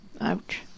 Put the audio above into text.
Ouch